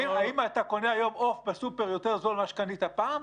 האם אתה קונה היום בסופר עוף יותר זול ממה שקנית פעם?!